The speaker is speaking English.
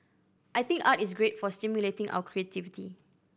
I think art is great for stimulating our creativity